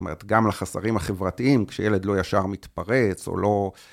זאת אומרת, גם לחסרים החברתיים, כשילד לא ישר מתפרץ, או לא...